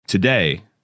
Today